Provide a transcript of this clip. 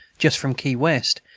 just from key west,